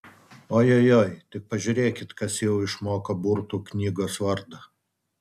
ojojoi tik pažiūrėkit kas jau išmoko burtų knygos vardą